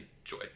enjoy